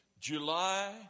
July